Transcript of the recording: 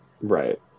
Right